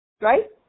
Right